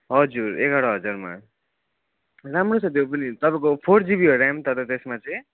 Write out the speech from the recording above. हजुर एघार हजारमा राम्रो छ त्यो पनि तपाईँको फोर जिबी हो र्याम तर त्यसमा चाहिँ